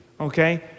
okay